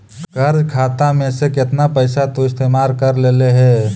कर्ज खाता में से केतना पैसा तु इस्तेमाल कर लेले हे